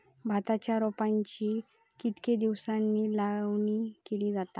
भाताच्या रोपांची कितके दिसांनी लावणी केली जाता?